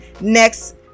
next